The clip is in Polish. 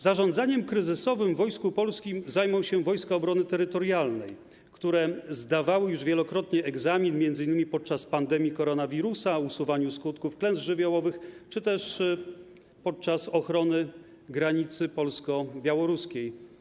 Zarządzaniem kryzysowym w Wojsku Polskim zajmą się Wojska Obrony Terytorialnej, które zdawały już wielokrotnie egzamin, m.in. podczas pandemii koronawirusa, usuwania skutków klęsk żywiołowych czy też podczas ochrony granicy polsko-białoruskiej.